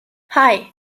hei